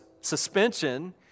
suspension